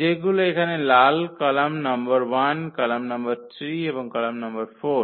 যেগুলো এখানে লাল কলাম নম্বর 1 কলাম নম্বর 3 এবং কলাম নম্বর 4